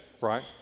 right